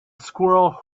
squirrel